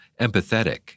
empathetic